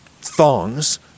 thongs